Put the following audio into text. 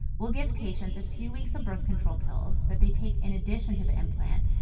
we'll give patients a few weeks of birth control pills that they take in addition to the implant,